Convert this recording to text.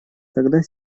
тогда